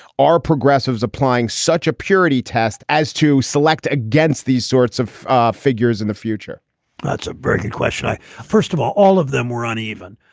are progressives applying such a. purity test as to select against these sorts of figures in the future that's a very good question. first of all, all of them were uneven.